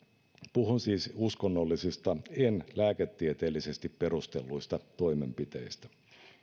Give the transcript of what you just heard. puhun siis uskonnollisista en lääketieteellisesti perustelluista toimenpiteistä